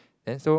then so